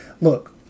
look